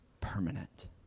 permanent